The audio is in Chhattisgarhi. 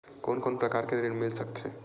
कोन कोन प्रकार के ऋण मिल जाथे?